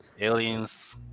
aliens